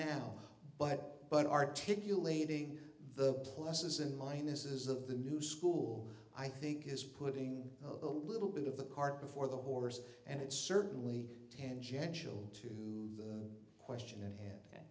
now but but articulating the pluses and minuses of the new school i think is putting a little bit of the cart before the horse and it certainly tangential to the question at hand